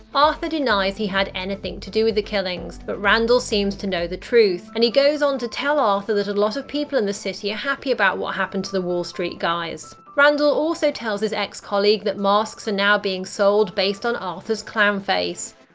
arthur denies he had anything to do with the killings, but randall seems to know the truth and he goes on to tell arthur that a lot of people in the city are happy about what happened to the wall street guys. randall also tells his ex-colleague that masks are and now being sold based on arthur's clown face.